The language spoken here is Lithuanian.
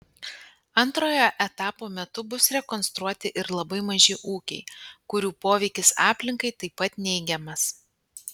antrojo etapo metu bus rekonstruoti ir labai maži ūkiai kurių poveikis aplinkai taip pat neigiamas